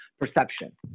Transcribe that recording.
perception